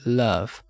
love